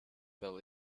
fell